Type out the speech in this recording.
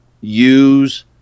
use